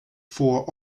for